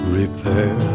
repair